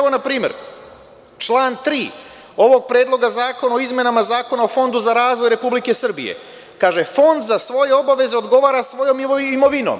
Na primer, član 3. ovog predloga zakona o izmenama Zakona o Fondu za razvoj Republike Srbije, kaže – Fond za svoje obaveze odgovara svojom imovinom.